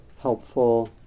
helpful